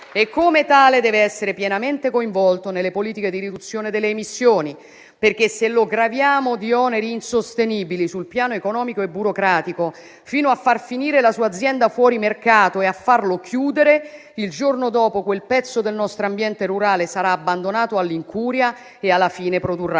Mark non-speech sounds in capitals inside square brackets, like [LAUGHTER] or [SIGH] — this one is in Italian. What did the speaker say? Come tale, deve essere pienamente coinvolto nelle politiche di riduzione delle emissioni. [APPLAUSE] Se, infatti, lo graviamo di oneri insostenibili sul piano economico e burocratico, fino a far finire la sua azienda fuori mercato e a farlo chiudere, il giorno dopo quel pezzo del nostro ambiente rurale sarà abbandonato all'incuria e alla fine produrrà